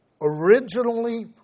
originally